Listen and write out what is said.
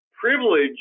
privilege